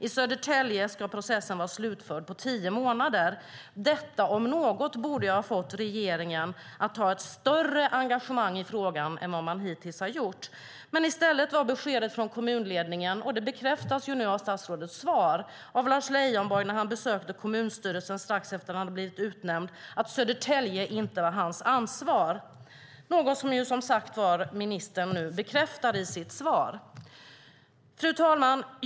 I Södertälje ska processen vara slutförd på tio månader. Detta om något borde ha fått regeringen att visa ett större engagemang i frågan än man hittills har gjort. I stället var beskedet till kommunledningen av Lars Leijonborg när han besökte kommunstyrelsen strax efter att han hade blivit utnämnd att Södertälje inte var hans ansvar, något som ministern nu bekräftar i sitt svar. Fru talman!